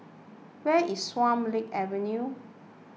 where is Swan Lake Avenue